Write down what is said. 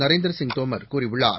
நரேந்திர சிங் தோமர் கூறியுள்ளார்